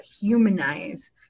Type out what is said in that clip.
humanize